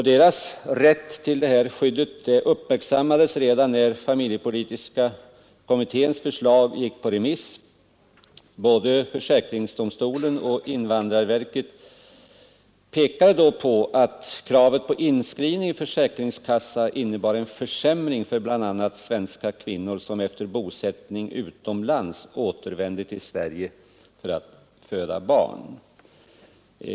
Deras rätt till detta skydd uppmärksammades redan när familjepolitiska kommitténs förslag gick ut på remiss. Både försäkringsdomstolen och invandrarverket pekade då på att kravet på inskrivning i försäkringskassa innebar en försämring för bl.a. svenska kvinnor som efter bosättning utomlands återvänder till Sverige för att föda barn.